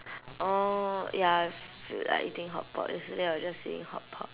oh ya I feel like eating hotpot yesterday I was just saying hotpot